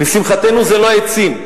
לשמחתנו זה לא העצים.